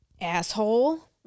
asshole